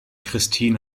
christin